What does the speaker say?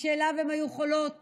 שאליו הן היו יכולות